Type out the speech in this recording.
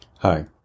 Hi